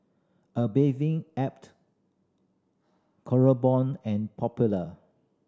A Bathing Ape and Popular